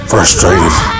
Frustrated